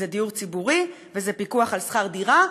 וזה דיור ציבורי וזה פיקוח על שכר דירה,